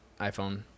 iPhone